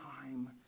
time